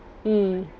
mm